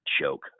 Joke